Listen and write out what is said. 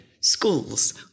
schools